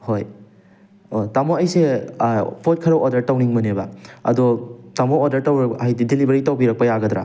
ꯍꯣꯏ ꯑꯣ ꯇꯥꯃꯣ ꯑꯩꯁꯦ ꯄꯣꯠ ꯈꯔ ꯑꯣꯔꯗꯔ ꯇꯧꯅꯤꯡꯕꯅꯦꯕ ꯑꯗꯣ ꯇꯥꯃꯣ ꯑꯣꯔꯗꯔ ꯇꯧꯕ ꯍꯥꯏꯗꯤ ꯗꯤꯂꯤꯚꯔꯤ ꯇꯧꯕꯤꯔꯛꯄ ꯌꯥꯒꯗ꯭ꯔꯥ